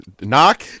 knock